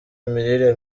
imirire